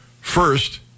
First